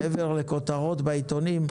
מעבר לכותרות בעיתונים,